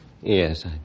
Yes